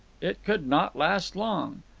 it could not last long.